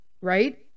Right